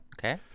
Okay